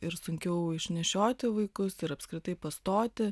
ir sunkiau išnešioti vaikus ir apskritai pastoti